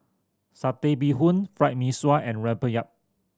Satay Bee Hoon Fried Mee Sua and rempeyek